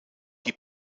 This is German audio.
die